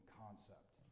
concept